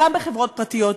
גם בחברות פרטיות,